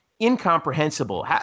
incomprehensible